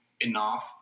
enough